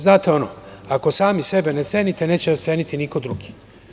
Znate ono, ako sami sebe ne cenite, neće vas ceniti niko drugi.